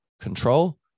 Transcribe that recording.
control